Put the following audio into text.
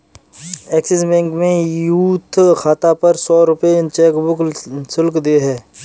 axis bank में youth खाता पर सौ रूपये चेकबुक शुल्क देय है